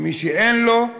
ומי שאין לו,